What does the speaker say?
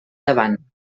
davant